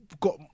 got